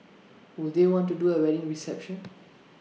would they want to do A wedding reception